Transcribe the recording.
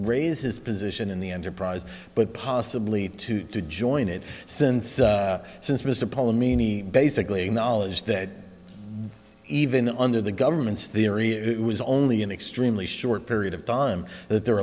raise his position in the enterprise but possibly to to join it since since mr poland meenie basically knowledge that even under the government's theory it was only an extremely short period of time that they're